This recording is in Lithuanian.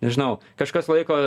nežinau kažkas laiko